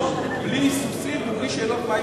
בלי היסוסים ובלי שאלות מה יהיה.